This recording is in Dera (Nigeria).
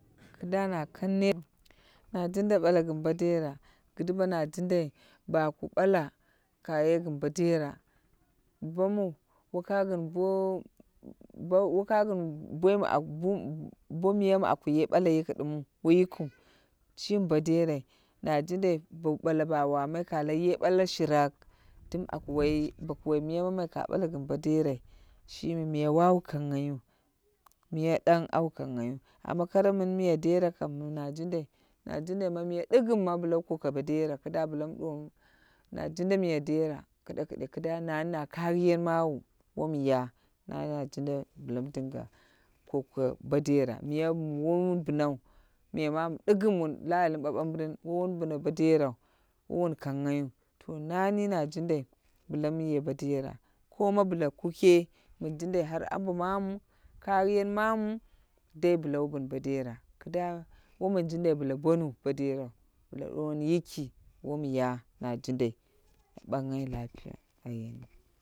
Kida na kang net na jinda ɓala gin bo dera. Ki duwa na jinda baku ɓala ku ye gin bo dera babamu woka gin waka gin bo miya mu a ku ye ɓala yiki dimiu, woi yikiu, shimi ɓo derai najindai bo ɓala bo wamai, ka lau ye bala shirak dim a ku wai boku wai miya mamai ka bala gin bo derai shimi miya wawu kanghai yu, miya ɗang au wawu kanghayu, miya ɗang kanghaiyu, amma kara mini miya dera kam na jindai, na jindai miya diggim bla wu kuke bo dera. Miya mi wowun binau miya mami dikkim wun la'ali mi baba biran wowun bina nbo derau wowun kanghaiyu to nani na jindai bla mi ye bo dera koma bla kuke min jindai har ambo mamu, kayiyan mamu dai bla wu bin bo dera ki da wo min jindai bla boniu, bo derau bla duwoni yiki wom ya jindai, na banghai lafiya. Ayeni.